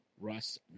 Russ